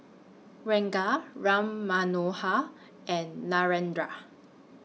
Ranga Ram Manohar and Narendra